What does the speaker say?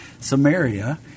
Samaria